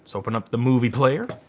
so open up the movie player.